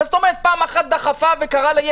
מה זאת אומרת פעם אחת דחפה ילד?